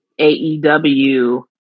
AEW